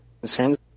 concerns